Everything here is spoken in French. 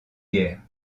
guerre